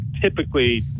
typically